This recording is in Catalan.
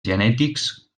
genètics